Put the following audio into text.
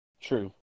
True